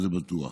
זה בטוח,